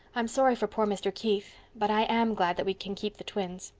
i'm sorry for poor mr. keith but i am glad that we can keep the twins.